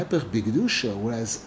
Whereas